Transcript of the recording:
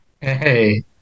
Hey